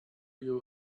you